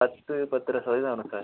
பத்து பத்தரை சதவீதம் வரும் சார்